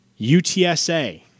UTSA